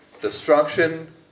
destruction